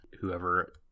whoever